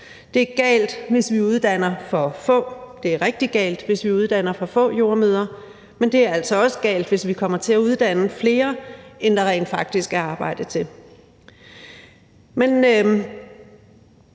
rigtig galt, hvis vi uddanner for få jordemødre – men det er altså også galt, hvis vi kommer til at uddanne flere, end der rent faktisk er arbejde til.